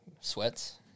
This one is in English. Sweats